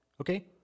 okay